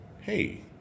hey